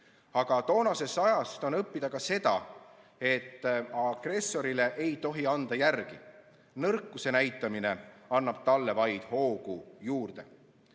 Aga toonasest ajast on õppida ka seda, et agressorile ei tohi järele anda. Nõrkuse näitamine annab talle vaid hoogu juurde.